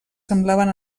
semblaven